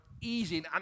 Easy